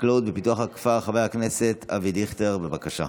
החקלאות ופיתוח הכפר, חבר הכנסת אבי דיכטר, בבקשה.